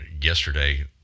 yesterday